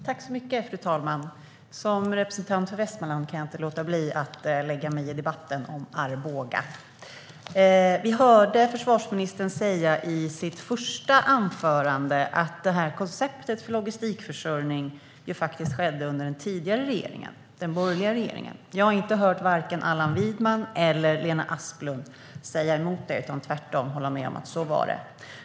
Fru talman! Som representant för Västmanland kan jag inte låta bli att lägga mig i debatten om Arboga. I sitt första anförande sa försvarsministern att detta koncept för logistikförsörjning tillkom under den tidigare, borgerliga regeringen. Jag hörde varken Allan Widman eller Lena Asplund säga emot det utan tvärtom hålla med om att det var så.